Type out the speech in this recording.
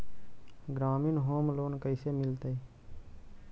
ग्रामीण home loan कैसे मिलतै?